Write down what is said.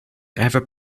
ever